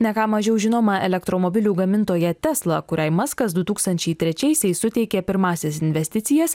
ne ką mažiau žinoma elektromobilių gamintoja tesla kuriai maskas du tūkstančiai trečiaisiais suteikė pirmąsias investicijas